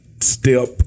step